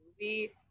movie